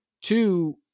Two